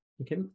okay